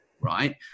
right